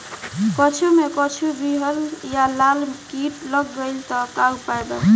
कद्दू मे कद्दू विहल या लाल कीट लग जाइ त का उपाय बा?